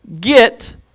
get